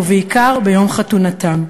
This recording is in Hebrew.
ובעיקר ביום חתונתם.